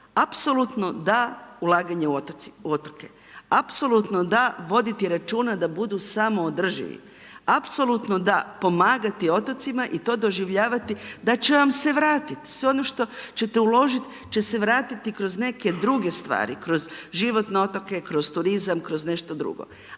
apsolutno da ulaganje u otoke. Apsolutno da voditi računa da budu samoodrživi, apsolutno da pomagati otocima i to doživljavati da će vam se vratiti. Sve ono što ćete uložiti će se vratiti kroz neke druge stvari, kroz život na otoke, kroz turizam, kroz nešto drugo.